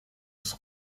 des